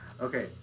Okay